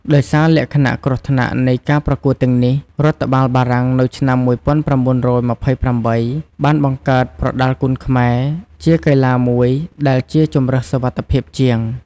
ដោយសារលក្ខណៈគ្រោះថ្នាក់នៃការប្រកួតទាំងនេះ រដ្ឋបាលបារាំងនៅឆ្នាំ១៩២៨ បានបង្កើត ប្រដាល់គុនខ្មែរ ជាកីឡាមួយ ដែលជាជម្រើសសុវត្ថិភាពជាង។